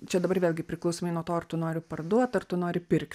čia dabar vėlgi priklausomai nuo to ar tu nori parduot ar tu nori pirkt